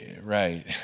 Right